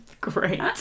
great